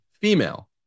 female